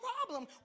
problem